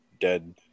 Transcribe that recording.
dead